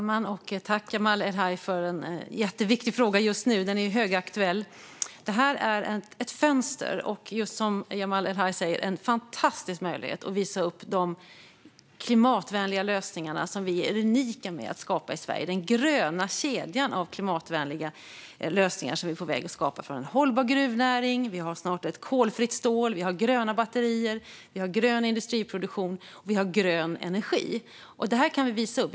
Fru talman! Tack, Jamal El-Haj, för en jätteviktig fråga! Den är just nu högaktuell. Detta är ett fönster och en fantastisk möjlighet att visa upp de klimatvänliga lösningar som vi är unika med att skapa i Sverige. Jag talar om den gröna kedja som vi är på väg att skapa. Det handlar om en hållbar gruvnäring. Vi har snart ett kolfritt stål. Vi har gröna batterier. Vi har grön industriproduktion och grön energi. Detta kan vi visa upp.